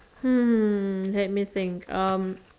hmm let me think um